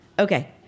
Okay